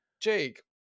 jake